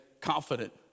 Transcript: confident